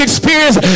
Experience